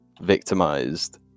victimized